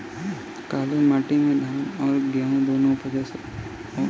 काली माटी मे धान और गेंहू दुनो उपज सकेला?